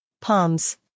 palms